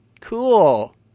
Cool